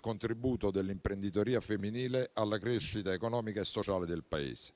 contributo dell'imprenditoria femminile alla crescita economica e sociale del Paese.